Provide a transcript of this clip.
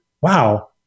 wow